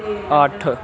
ਅੱਠ